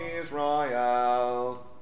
Israel